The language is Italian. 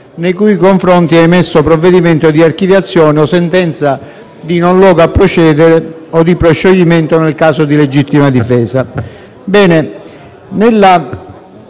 nei cui confronti è emesso provvedimento di archiviazione o sentenza di non luogo a procedere o di proscioglimento nel caso di legittima difesa.